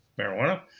Marijuana